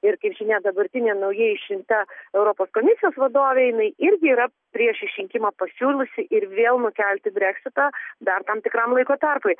ir kaip žinia dabartinė naujai išrinkta europos komisijos vadovė jinai irgi yra prieš išrinkimą pasiūliusi ir vėl nukelti breksitą dar tam tikram laiko tarpui